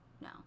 No